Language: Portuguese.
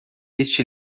este